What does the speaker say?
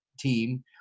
team